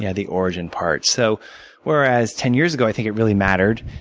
yeah the origin part. so whereas ten years ago, i think it really mattered.